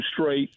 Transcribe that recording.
straight